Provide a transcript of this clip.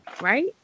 Right